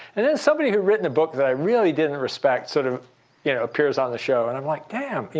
and then somebody who had written a book that i really didn't respect sort of you know appears on the show. and i'm, like, damn. yeah